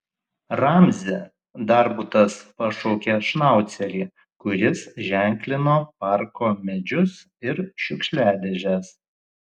ramzi darbutas pašaukė šnaucerį kuris ženklino parko medžius ir šiukšliadėžes